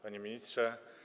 Panie Ministrze!